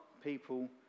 people